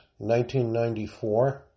1994